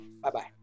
Bye-bye